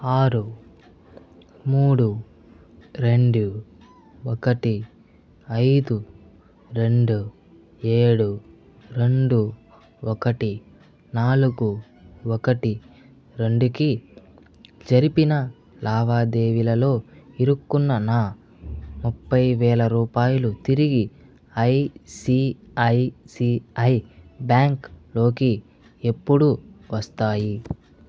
ఆరు మూడు రెండు ఒకటి ఐదు రెండు ఏడు రెండు ఒకటి నాలుగు ఒకటి రెండుకి జరిపిన లావాదేవీలలో ఇరుక్కున్న నా ముప్పైవేల రూపాయలు తిరిగి ఐసిఐసిఐ బ్యాంక్లోకి ఎప్పుడు వస్తాయి